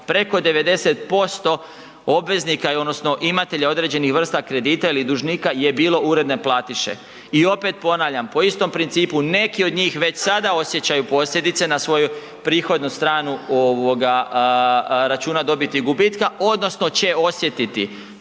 preko 90% obveznika odnosno imatelja određenih vrsta kredita ili dužnika je bilo uredne platiše. I opet ponavljam, po istom principu neki od njih već sada osjećaju posljedice na svoju prihodnu stranu ovoga računa dobiti i gubitka odnosno će osjetiti.